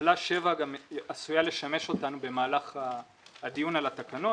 טבלה 7 גם עשויה לשמש אותנו במהלך הדיון על התקנות.